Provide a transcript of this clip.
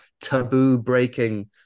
taboo-breaking